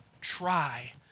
try